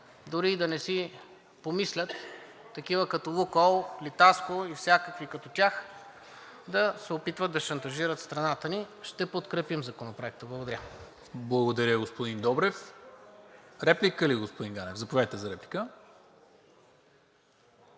дори и да не си помислят такива като „Лукойл“, „Литаско“ и всякакви като тях да се опитват да шантажират страната ни. Ще подкрепим Законопроекта. Благодаря. ПРЕДСЕДАТЕЛ НИКОЛА МИНЧЕВ: Благодаря, господин Добрев. Реплика ли, господин Ганев? Заповядайте за реплика.